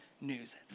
news